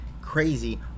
crazy